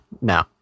No